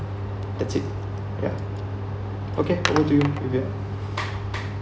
that's it ya okay over to you vivian